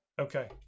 Okay